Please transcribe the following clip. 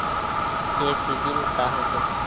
ये सीबिल का होथे?